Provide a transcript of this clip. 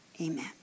Amen